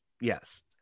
Yes